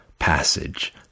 passage